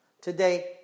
Today